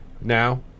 Now